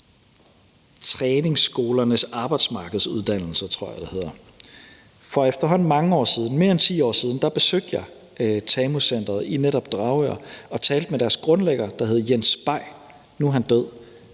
Træningsskolens Arbejdsmarkedsuddannelser, tror jeg det står for. For efterhånden mange år siden, mere end 10 år siden, besøgte jeg TAMU-centeret i netop Dragør og talte med deres grundlægger, der hed Jens Bay. Nu er han død.